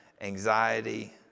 anxiety